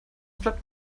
bleibt